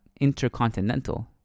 Intercontinental